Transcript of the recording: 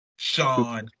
Sean